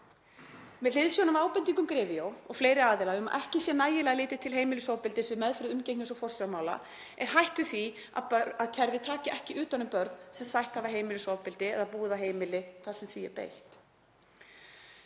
Með hliðsjón af ábendingum GREVIO og fleiri aðila um að ekki sé nægilega lítið til heimilisofbeldis við meðferð umgengnis- og forsjármála er hætt við því að kerfi taki ekki utan um börn sem sætt hafa heimilisofbeldi eða búið á heimili þar sem því er beitt.